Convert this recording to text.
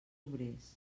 obrers